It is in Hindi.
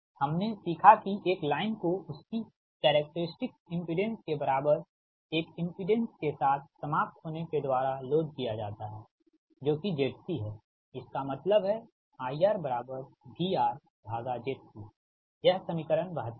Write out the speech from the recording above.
हमनें सीखा कि एक लाइन को उसकी कैरेक्टेरिस्टिक इमपिडेंस के बराबर एक इमपिडेंस के साथ समाप्त होने के द्वारा लोड किया जाता है जो कि ZC है इसका मतलब है IRVRZC यह समीकरण 72 है